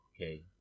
Okay